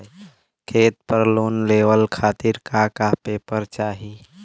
खेत पर लोन लेवल खातिर का का पेपर चाही?